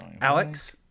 Alex